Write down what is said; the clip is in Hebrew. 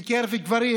בקרב גברים,